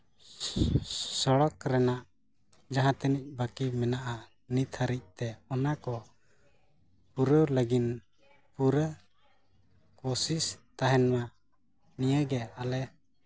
ᱥᱚᱲᱚᱠ ᱨᱮᱱᱟᱜ ᱡᱟᱦᱟᱸ ᱛᱤᱱᱟᱹᱜ ᱵᱟᱹᱠᱤ ᱢᱮᱱᱟᱜᱼᱟ ᱱᱤᱛ ᱦᱟᱹᱨᱤᱡᱛᱮ ᱚᱱᱟ ᱠᱚ ᱯᱩᱨᱟᱹᱣ ᱞᱟᱹᱜᱤᱫ ᱯᱩᱨᱟᱹ ᱠᱚᱥᱤᱥ ᱛᱟᱦᱮᱱᱢᱟ ᱱᱤᱭᱟᱜᱮ ᱟᱞᱮᱭᱟᱜ